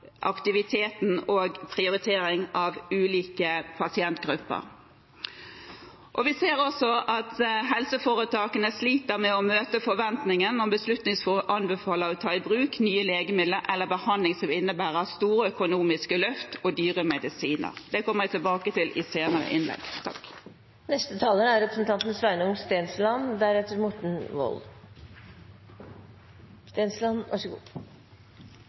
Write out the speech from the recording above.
aktiviteten og prioritering av ulike pasientgrupper. Vi ser også at helseforetakene sliter med å møte forventningen om en beslutning som anbefaler å ta i bruk nye legemidler eller behandling som innebærer store økonomiske løft og dyre medisiner. Det kommer jeg tilbake til i senere innlegg.